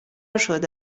شده